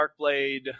Darkblade